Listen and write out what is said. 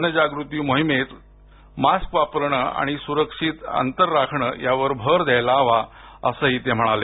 जनजागृती मोहिमेत मास्क वापरणं आणि सुरक्षित अंतर राखणं यावर भर द्यायला हवा असंही ते म्हणाले